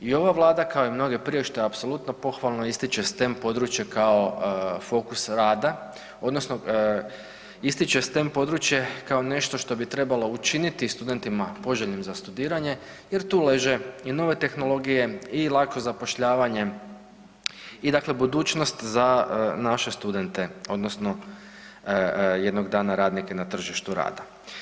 I ova Vlada kao i mnoge prije šta je apsolutno pohvalno ističe STEM područje kao fokus rada odnosno ističe STEM područje kao nešto što bi trebalo učiniti studentima poželjnim za studiranje jer tu leže i nove tehnologije i lako zapošljavanje i dakle budućnost za naše studente odnosno jednog dana radnike na tržištu rada.